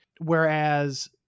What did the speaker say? Whereas